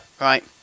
right